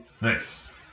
Nice